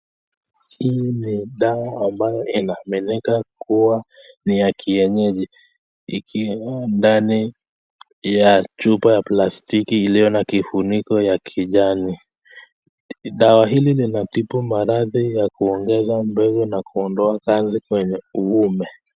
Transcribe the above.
Hii ni dawa ambayo inameneka kuwa ni ya kienyeji ikiwa ndani ya chupa ya plastiki iliyo na kifuniko ya kijani. Dawa hili linatibu maradhi ya kuongeza mbegu na kuondoa kanzi kwenye ume.